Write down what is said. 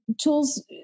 tools